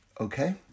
Okay